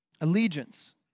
Allegiance